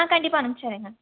ஆ கண்டிப்பாக அனும்சுடறேங்க